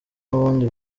n’ubundi